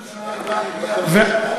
כל הממשלה בעד בנייה בירושלים?